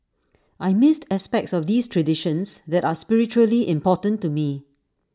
I missed aspects of these traditions that are spiritually important to me